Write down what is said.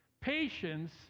Patience